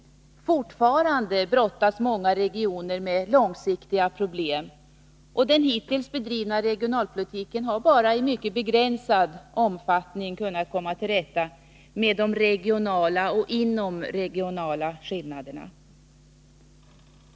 Fortfarande brottas många regioner med långsiktiga problem, och den hittills bedrivna regionalpolitiken har bara i mycket begränsad omfattning kunnat komma till rätta med de regionala och inomregionala skillnaderna.